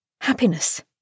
Happiness